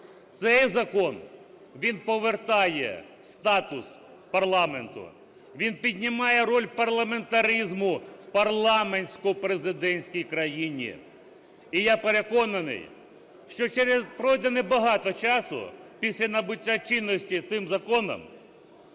Цей закон, він повертає статус парламенту, він піднімає роль парламентаризму в парламентсько-президентській країні. І я переконаний, що пройде небагато часу після набуття чинності цим законом